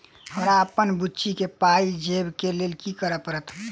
हमरा अप्पन बुची केँ पाई भेजइ केँ लेल की करऽ पड़त?